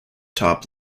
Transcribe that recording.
top